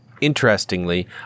Interestingly